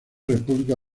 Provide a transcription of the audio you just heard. república